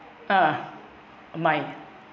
ah mind